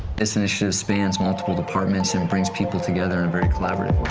this initiative spans multiple departments and brings people together in a very collaborative